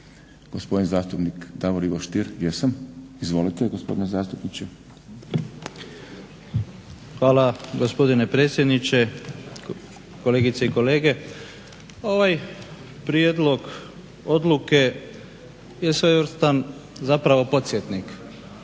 gospodin zastupnik Davor Ivo Stier. Jesam. Izvolite gospodine zastupniče. **Stier, Davor Ivo (HDZ)** Hvala gospodine predsjedniče, kolegice i kolege. Ovaj prijedlog odluke je svojevrstan zapravo podsjetnik.